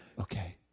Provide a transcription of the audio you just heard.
Okay